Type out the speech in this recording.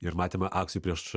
ir matėm akcijų prieš